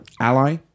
ally